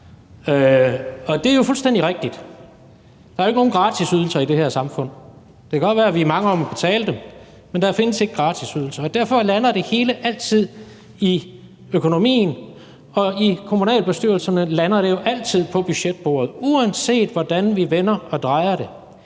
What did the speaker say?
og det er jo fuldstændig rigtigt. Der er jo ikke nogen gratisydelser i det her samfund. Det kan godt være, at vi er mange om at betale dem, men der findes ikke gratisydelser, og derfor lander det hele altid i økonomien, og i kommunalbestyrelserne lander det jo altid på budgetbordet, uanset hvordan vi vender og drejer det.